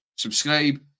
subscribe